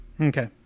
Okay